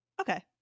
Okay